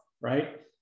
right